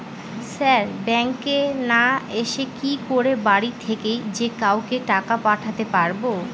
Sir ব্যাঙ্কে না এসে কি করে বাড়ি থেকেই যে কাউকে টাকা পাঠাতে পারবো?